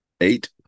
Eight